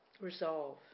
Resolve